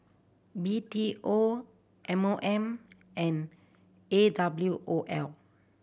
B T O M O M and A W O L